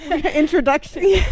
introduction